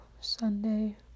Sunday